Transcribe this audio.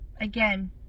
again